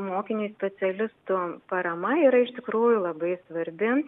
mokiniui specialistų parama yra iš tikrųjų labai svarbi